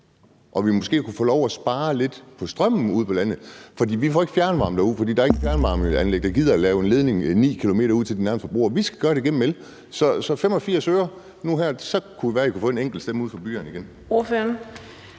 at vi måske kunne få lov til at spare lidt på strømmen ude på landet? Vi får ikke fjernvarme derude, for der er ingen fjernvarmeanlæg, der gider at føre en ledning 9 km ud til den nærmeste forbruger. Vi skal gøre det gennem el – så i forhold til de 85 øre nu kunne det være, I kunne få en enkelt stemme uden for byerne igen. Kl.